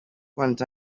quants